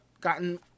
gotten